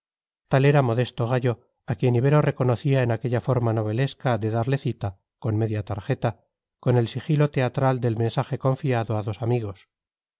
era modesto gallo a quien ibero reconocía en aquella forma novelesca de darle cita con media tarjeta con el sigilo teatral del mensaje confiado a dos amigos